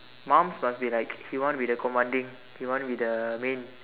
maams must be like he want to be the commanding he want to be the main